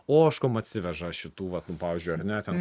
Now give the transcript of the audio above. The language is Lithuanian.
ožkom atsiveža šitų va pavyzdžiui ar ne ten